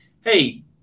Hey